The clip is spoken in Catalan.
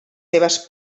seves